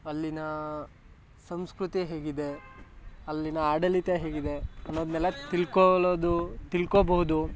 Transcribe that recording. ಅಲ್ಲಿಯ ಸಂಸ್ಕೃತಿ ಹೇಗಿದೆ ಅಲ್ಲಿಯ ಆಡಳಿತ ಹೇಗಿದೆ ಅನ್ನೋದನ್ನೆಲ್ಲ ತಿಳ್ಕೊಳ್ಳೋದು ತಿಳ್ಕೊಬೋದು